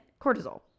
cortisol